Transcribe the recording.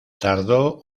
tardó